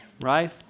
right